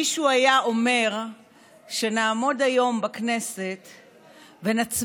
מישהו היה אומר שנעמוד היום בכנסת ונצביע,